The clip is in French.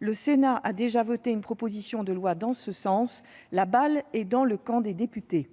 Le Sénat a déjà voté une proposition de loi dans ce sens ; la balle est dans le camp des députés.